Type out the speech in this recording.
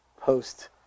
post